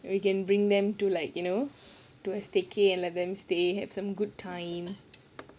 we can bring them to like you know to a staycation and let them stay have some good time